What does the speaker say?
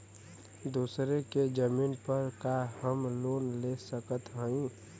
दूसरे के जमीन पर का हम लोन ले सकत हई?